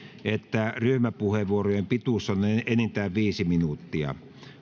että ryhmäpuheenvuorojen pituus on enintään viisi minuuttia